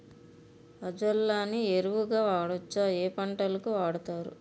Azolla ని ఎరువు గా వాడొచ్చా? ఏ పంటలకు వాడతారు?